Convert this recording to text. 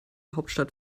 hauptstadt